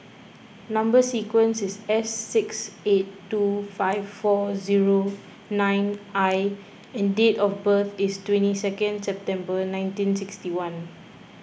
Number Sequence is S six eight two five four zero nine I and date of birth is twenty second September nineteen sixty one